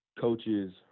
coaches